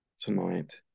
tonight